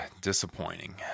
disappointing